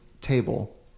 table